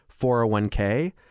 401k